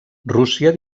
rússia